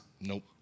Nope